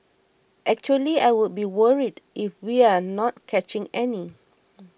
actually I would be worried if we're not catching any